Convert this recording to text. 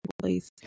place